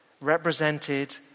represented